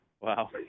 Wow